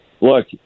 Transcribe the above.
look